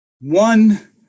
One